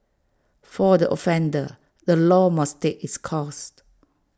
for the offender the law must take its course